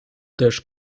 też